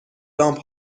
لامپ